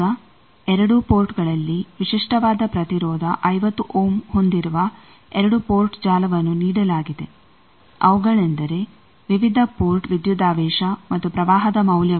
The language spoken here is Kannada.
ಈಗ ಎರಡೂ ಪೋರ್ಟ್ಗಳಲ್ಲಿ ವಿಶಿಷ್ಟವಾದ ಪ್ರತಿರೋಧ 50 ಓಮ್ ಹೊಂದಿರುವ 2 ಪೋರ್ಟ್ ಜಾಲವನ್ನು ನೀಡಲಾಗಿದೆ ಅವುಗಳೆಂದರೆ ವಿವಿಧ ಪೋರ್ಟ್ ವಿದ್ಯುದಾವೇಶ ಮತ್ತು ಪ್ರವಾಹದ ಮೌಲ್ಯಗಳು